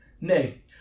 Nay